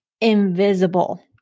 invisible